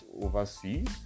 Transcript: overseas